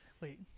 wait